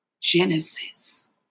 Genesis